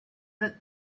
that